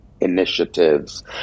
initiatives